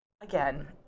again